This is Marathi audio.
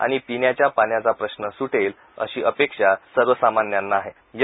आणि पिण्याच्या पाण्याचा प्रश्न सुटेल अशी अपेक्षा सर्व सामान्यांना वाटते